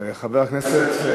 חברי הכנסת.